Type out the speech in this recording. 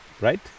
right